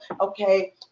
Okay